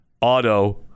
auto